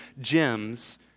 gems